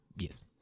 Yes